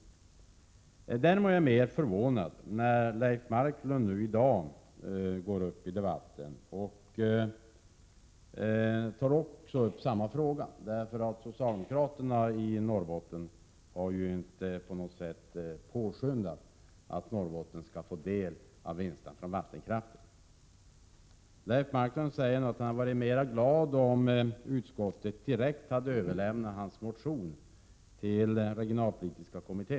123 Däremot är jag mera förvånad över Leif Marklund, som i dag går upp i debatten och tar upp samma fråga. Socialdemokraterna i Norrbotten har ju inte på något sätt påskyndat den utveckling som går ut på att Norrbotten får del av vinsten från vattenkraften. Leif Marklund säger nu att han hade varit mera nöjd om utskottet direkt hade hänvisat hans motion till regionalpolitiska kommittén.